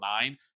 nine